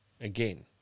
again